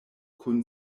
kun